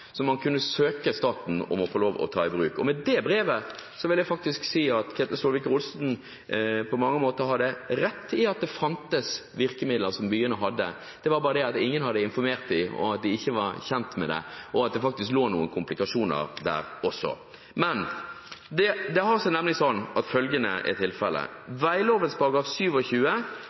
man kunne søke staten om å få lov å ta i bruk. Og med det brevet vil jeg faktisk si at Ketil Solvik-Olsen på mange måter hadde rett i at det fantes virkemidler som byene hadde. Det var bare det at ingen hadde informert dem, at de ikke var kjent med det, og at det faktisk lå noen komplikasjoner der også. Men det har seg nemlig sånn at følgende er